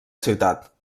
ciutat